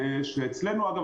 אגב,